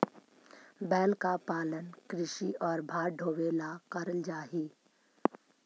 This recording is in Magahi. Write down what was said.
बैल का पालन कृषि और भार ढोवे ला करल जा ही